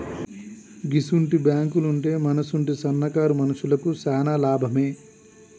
గిసుంటి బాంకులుంటే మనసుంటి సన్నకారు మనుషులకు శాన లాభమే